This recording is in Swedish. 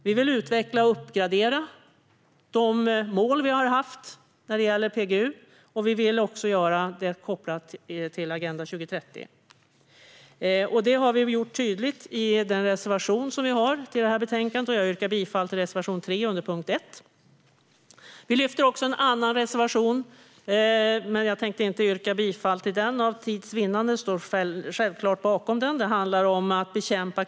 Vi vill utveckla och uppgradera målen när det gäller PGU, och vi vill göra det kopplat till Agenda 2030. Det har vi gjort tydligt i vår reservation i betänkandet. Jag yrkar bifall till reservation 3 under punkt 1. Vi lyfter också fram en annan reservation om att bekämpa klimatförändringarna. Men för tids vinnande yrkar jag inte bifall till den, även om jag självklart står bakom den.